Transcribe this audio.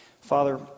Father